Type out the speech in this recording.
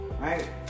right